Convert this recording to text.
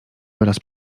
wyraz